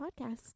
podcast